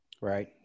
Right